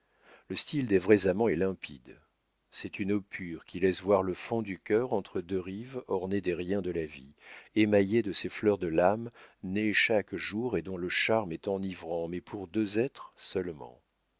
le style des vrais amants est limpide c'est une eau pure qui laisse voir le fond du cœur entre deux rives ornées des riens de la vie émaillées de ces fleurs de l'âme nées chaque jour et dont le charme est enivrant mais pour deux êtres seulement